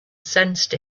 sensed